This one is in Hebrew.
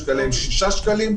יש כאלה עם שישה שקלים.